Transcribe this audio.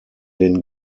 den